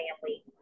family